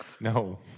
No